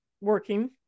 working